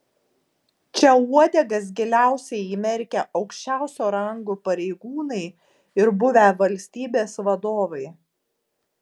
čia uodegas giliausiai įmerkę aukščiausio rango pareigūnai ir buvę valstybės vadovai